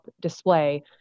display